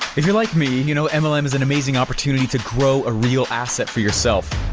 if you're like me, you know and mlm is an amazing opportunity to grow a real asset for yourself.